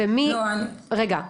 רגע,